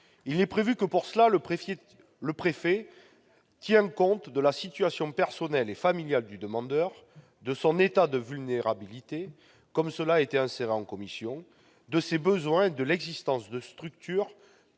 ce faire, le préfet devra tenir compte de la situation personnelle et familiale du demandeur, de son état de vulnérabilité, comme cela a été inséré en commission, de ses besoins et de l'existence de structures